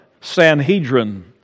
Sanhedrin